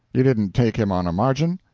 you didn't take him on a margin?